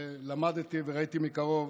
ולמדתי וראיתי מקרוב